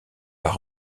par